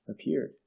appeared